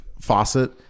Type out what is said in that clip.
faucet